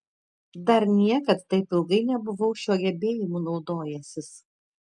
dar niekad taip ilgai nebuvau šiuo gebėjimu naudojęsis